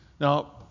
Now